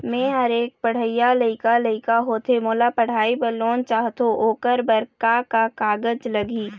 मेहर एक पढ़इया लइका लइका होथे मोला पढ़ई बर लोन चाहथों ओकर बर का का कागज लगही?